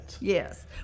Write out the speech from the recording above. Yes